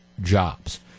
jobs